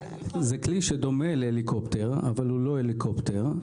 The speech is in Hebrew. זה כלי שדומה להליקופטר, אבל הוא לא הליקופטר.